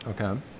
Okay